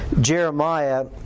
Jeremiah